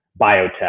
biotech